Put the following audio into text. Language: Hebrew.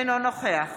אינו נוכח